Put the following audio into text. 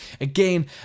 again